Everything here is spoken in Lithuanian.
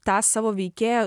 tą savo veikėją